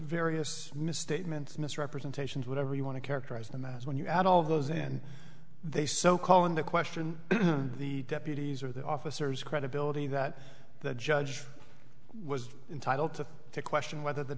various misstatements misrepresentations whatever you want to characterize them as when you had all of those and they so call into question the deputies or the officers credibility that the judge was entitled to question whether the